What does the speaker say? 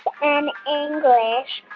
ah um english.